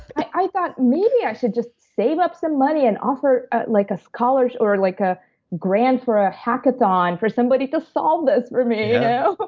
i thought, maybe, i should just save up some money and offer ah like a scholar or like a grand for a hackathon for somebody to solve this for me. yeah but